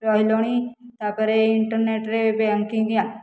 ରହିଲେଣି ତାପରେ ଇଣ୍ଟରନେଟ ରେ ଏବେ ବ୍ୟାଙ୍କିଂ